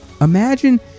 imagine